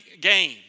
game